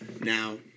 Now